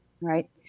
right